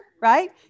right